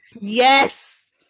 Yes